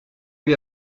lui